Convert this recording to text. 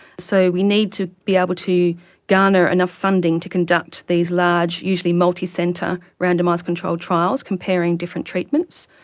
so we need to be able to garner enough funding to conduct these large usually multicentre randomised controlled trials comparing different treatments.